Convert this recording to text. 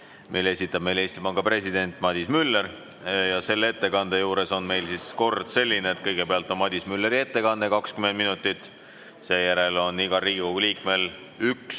mille esitab meile Eesti Panga president Madis Müller. Selle ettekande juures on meil kord selline, et kõigepealt on Madis Mülleri ettekanne 20 minutit. Seejärel on igal Riigikogu liikmel